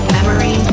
Memory